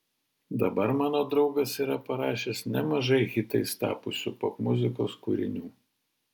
dabar mano draugas yra parašęs nemažai hitais tapusių popmuzikos kūrinių